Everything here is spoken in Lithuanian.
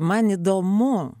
man įdomu